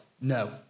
No